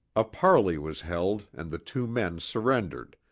a parley was held, and the two men surrendered,